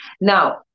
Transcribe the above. Now